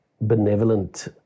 benevolent